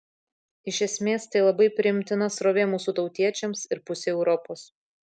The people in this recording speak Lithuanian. iš esmės tai labai priimtina srovė mūsų tautiečiams ir pusei europos